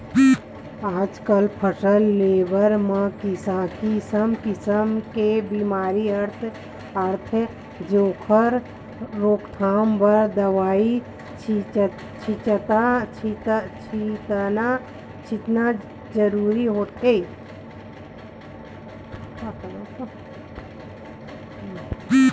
आजकल फसल लेवब म किसम किसम के बेमारी आथे जेखर रोकथाम बर दवई छितना जरूरी होथे